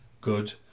good